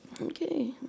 Okay